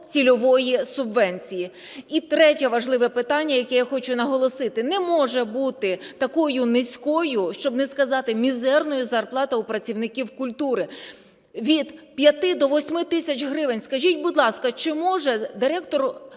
цільової субвенції. І третє важливе питання, яке я хочу наголосити. Не може бути такою низькою, щоб не сказати мізерною, зарплата у працівників культури – від 5 до 8 тисяч гривень. Скажіть, будь ласка, чи може директор